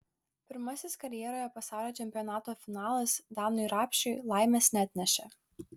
pirmasis karjeroje pasaulio čempionato finalas danui rapšiui laimės neatnešė